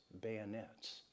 bayonets